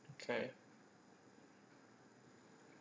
okay